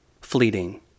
fleeting